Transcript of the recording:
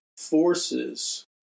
forces